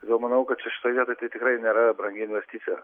todėl manau kad čia šitoj vietoj tai tikrai nėra brangi investicija